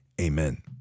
Amen